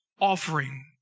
offering